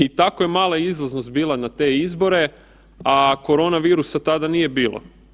I tako je mala izlaznost bila na te izbore, a korona virusa tada nije bilo.